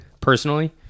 personally